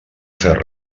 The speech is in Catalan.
fer